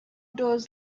doors